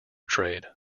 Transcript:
trade